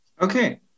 okay